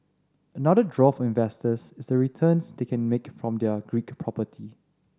another draw for investors is the returns they can make from their Greek property